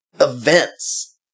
events